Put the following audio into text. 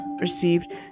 received